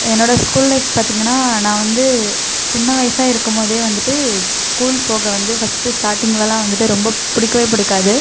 என்னோடய school life பார்த்தீங்கன்னா நான் வந்து சின்ன வயதா இருக்கும் போதே வந்துட்டு ஸ்கூல் போக வந்து ஃபஸ்ட்டு ஸ்டார்டிங்லெலாம் வந்துட்டு ரொம்ப பிடிக்கவே பிடிக்காது